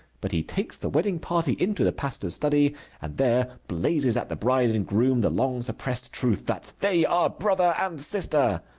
but he takes the wedding party into the pastor's study and there blazes at the bride and groom the long-suppressed truth that they are brother and sister.